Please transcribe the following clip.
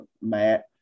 Matt